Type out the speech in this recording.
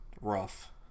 rough